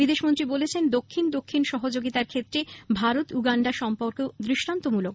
বিদেশমন্ত্রী বলেছেন দক্ষিণ দক্ষিণ সহযোগিতার ক্ষেত্রে ভারত উগান্ডা সম্পর্কে দৃষ্টান্তমূলক